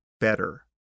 better